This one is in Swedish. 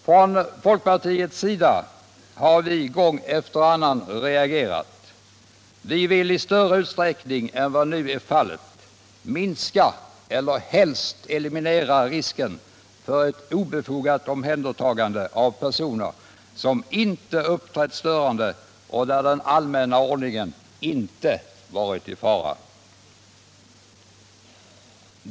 Från folkpartiets sida har vi gång efter annan reagerat. Vi vill i större utsträckning än nu minska eller helst eliminera risken för ett obefogat omhändertagande av personer som inte uppträtt störande och där den allmänna ordningen inte varit i fara.